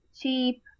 cheap